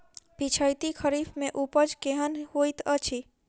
पिछैती खरीफ मे उपज केहन होइत अछि?